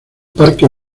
parque